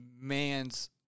man's